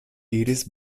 iris